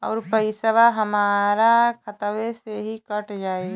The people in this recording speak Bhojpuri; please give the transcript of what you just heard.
अउर पइसवा हमरा खतवे से ही कट जाई?